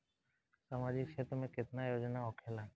सामाजिक क्षेत्र में केतना योजना होखेला?